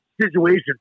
situation